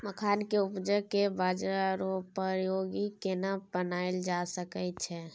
मखान के उपज के बाजारोपयोगी केना बनायल जा सकै छै?